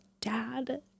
dad